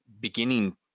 beginning